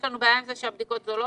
יש לנו בעיה עם זה שהבדיקות זולות?